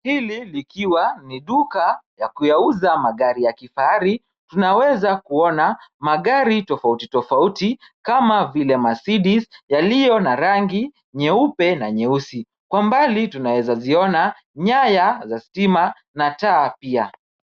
Hili likiwa ni duka ya kuyauza magari ya kifahari tunaweza kuona. Magari tofauti tofauti kama vile Mercedes yaliyo na rangi nyeupe na nyeusi. Kwa mbali tunaweza ziona nyaya za stima na taa pia.